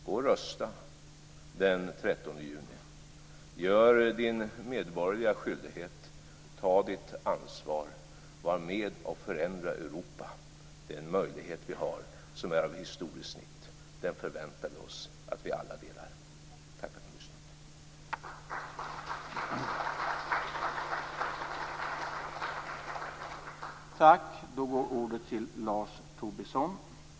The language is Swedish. Gå och rösta den 13 juni! Gör din medborgerliga plikt! Ta ditt ansvar! Var med och förändra Europa! Det är en möjlighet vi har som är av historiskt snitt. Den förväntar vi oss att vi alla delar. Tack för att ni har lyssnat!